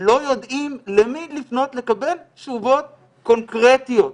לא יודעים למי לפנות לקבל תשובות קונקרטיות.